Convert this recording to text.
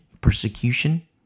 persecution